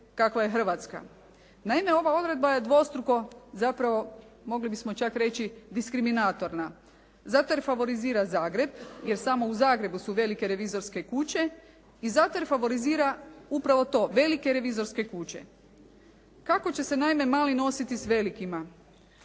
Naime, ova odredba je dvostruko zapravo mogli bismo čak reći diskriminatorna zato jer favorizira Zagreb, jer samo u Zagrebu su velike revizorske kuće i zato jer favorizira upravo to – velike revizorske kuće. Kako će se naime mali nositi s velikima?